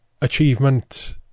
achievement